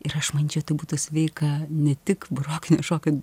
ir aš manyčiau tai būtų sveika ne tik barokinio šokio